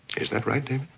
is that right,